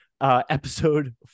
Episode